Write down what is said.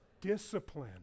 discipline